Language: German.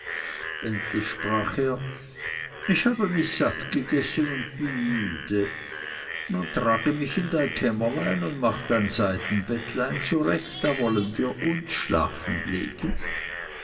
endlich sprach er ich habe mich satt gegessen und bin müde nun trag mich in dein kämmerlein und mach dein seiden bettlein zurecht da wollen wir uns schlafen legen